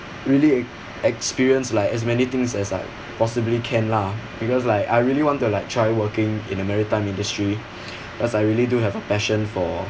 really experience like as many things as I possibly can lah because like I really want to like try working in the maritime industry because I really do have passion for